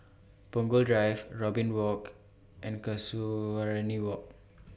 Punggol Drive Robin Walk and Casuarina Walk